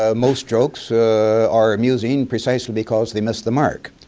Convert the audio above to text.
ah most jokes are amusing precisely because they missed the mark.